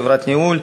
חברת ניהול,